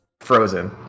frozen